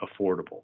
affordable